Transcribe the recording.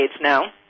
now